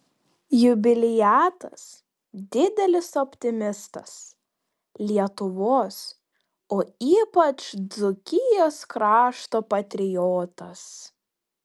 jubiliatas didelis optimistas lietuvos o ypač dzūkijos krašto patriotas